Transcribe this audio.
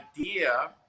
idea